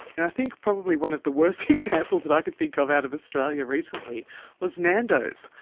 and i think probably one of the worst examples that i can think of out of australia recently was nandos.